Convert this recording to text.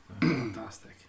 Fantastic